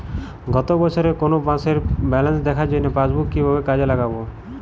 গত বছরের কোনো মাসের ব্যালেন্স দেখার জন্য পাসবুক কীভাবে কাজে লাগাব?